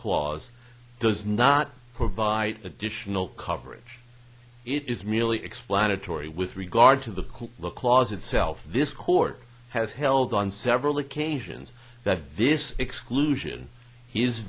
clause does not provide additional coverage it is merely explanatory with regard to the cool look laws itself this court has held on several occasions that this exclusion he is